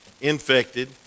infected